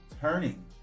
turning